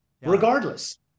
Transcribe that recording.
regardless